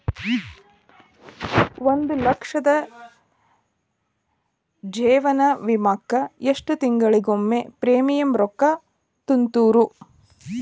ಒಂದ್ ಲಕ್ಷದ ಜೇವನ ವಿಮಾಕ್ಕ ಎಷ್ಟ ತಿಂಗಳಿಗೊಮ್ಮೆ ಪ್ರೇಮಿಯಂ ರೊಕ್ಕಾ ತುಂತುರು?